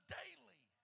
daily